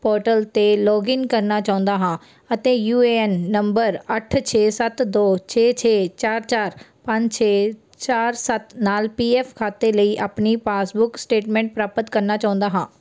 portal 'ਤੇ login ਕਰਨਾ ਚਾਹੁੰਦਾ ਹਾਂ ਅਤੇ ਯੂ ਏ ਐਨ ਨੰਬਰ ਅੱਠ ਛੇ ਸੱਤ ਦੋ ਛੇ ਛੇ ਚਾਰ ਚਾਰ ਪੰਜ ਛੇ ਚਾਰ ਸੱਤ ਨਾਲ ਪੀ ਐਫ ਖਾਤੇ ਲਈ ਆਪਣੀ ਪਾਸਬੁੱਕ ਸਟੇਟਮੈਂਟ ਪ੍ਰਾਪਤ ਕਰਨਾ ਚਾਹੁੰਦਾ ਹਾਂ